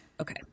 Okay